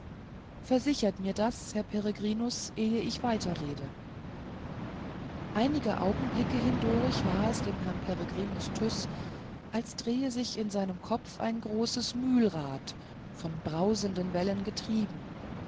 versichert mir das herr peregrinus ehe ich weiter rede einige augenblicke hindurch war es dem herrn peregrinus tyß als drehe sich in seinem kopf ein großes mühlrad von brausenden wellen getrieben